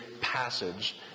passage